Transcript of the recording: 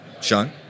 Sean